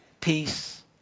peace